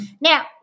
Now